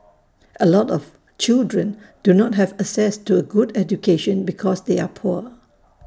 A lot of children do not have access to A good education because they are poor